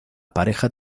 pareja